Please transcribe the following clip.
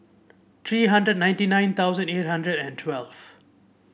three hundred ninety nine thousand eight hundred and twelve